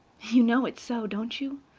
you know it's so, don't you?